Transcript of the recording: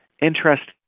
interesting